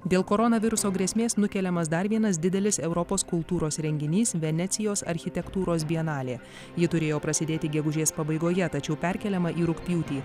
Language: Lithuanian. dėl koronaviruso grėsmės nukeliamas dar vienas didelis europos kultūros renginys venecijos architektūros bienalė ji turėjo prasidėti gegužės pabaigoje tačiau perkeliama į rugpjūtį